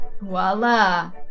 Voila